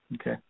Okay